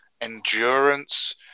endurance